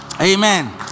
Amen